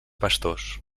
pastors